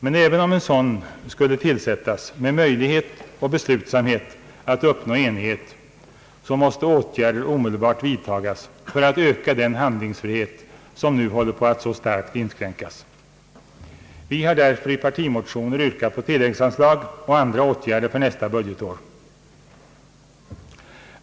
Men även om en sådan tillsättes med möjlighet och beslutsamhet att uppnå enighet, måste åtgärder omedelbart vidtagas för att öka den handlingsfrihet som nu håller på att så starkt inskränkas. Vi har därför i partimotioner yrkat på tilläggsanslag och andra åtgärder för nästa budgetår.